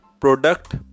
product